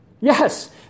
Yes